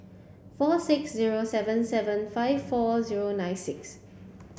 four six zero seven seven five four zero nine six